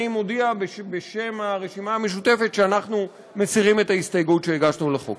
אני מודיע בשם הרשימה המשותפת שאנחנו מסירים את ההסתייגות שהגשנו לחוק.